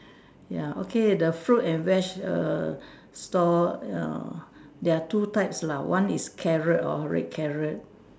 ya okay the fruit and veg err stall uh there are two types lah one is carrot or red carrot